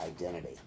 identity